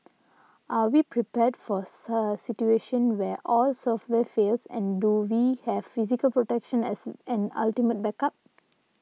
are we prepared for a situation where all software fails and do we have physical protection as an ultimate backup